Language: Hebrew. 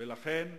ולכן,